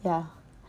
ya